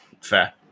fair